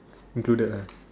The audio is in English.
included ah